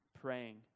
praying